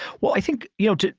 well i think you know to.